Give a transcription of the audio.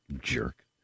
Jerk